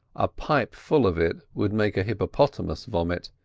a pipe full of it would make a hippopotamus vomit,